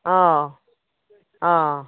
ꯑꯥ ꯑꯥ